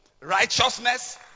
Righteousness